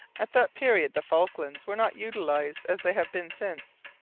at that period the falklands were not utilized as they have been since.